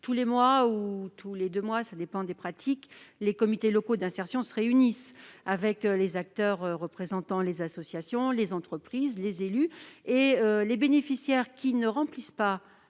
Tous les mois ou tous les deux mois, selon les pratiques, les comités locaux d'insertion se réunissent avec les acteurs représentant les associations, les entreprises, les élus. Et les bénéficiaires qui ne remplissent pas